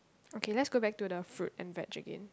okay let's go back to the fruit and veg again